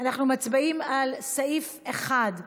אנחנו מצביעים על סעיף 1,